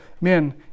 men